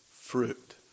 fruit